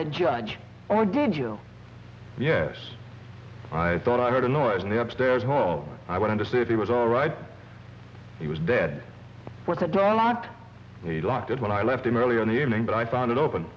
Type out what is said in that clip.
the judge or did you yes i thought i heard a noise in the up stairs hall i would understand he was all right he was dead a lot like that when i left him earlier in the evening but i found it open